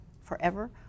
forever